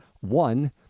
One